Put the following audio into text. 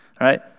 right